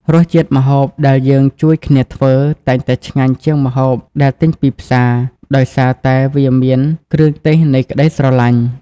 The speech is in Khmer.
រសជាតិម្ហូបដែលយើងជួយគ្នាធ្វើ តែងតែឆ្ងាញ់ជាងម្ហូបដែលទិញពីផ្សារ ដោយសារតែវាមាន "គ្រឿងទេសនៃក្ដីស្រឡាញ់"។